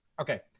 Okay